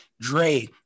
dre